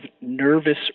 nervous